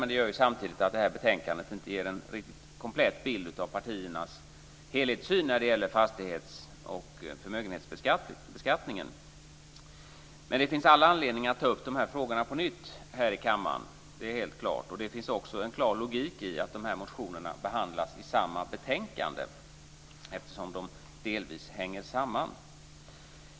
Detta gör samtidigt att betänkandet inte ger en riktigt komplett bild av partiernas helhetssyn när det gäller fastighets och förmögenhetsbeskattningen. Men det finns all anledning att ta upp de här frågorna på nytt här i kammaren - det är helt klart. Det finns också en klar logik i att de här motionerna behandlas i samma betänkande, eftersom de delvis hänger samman.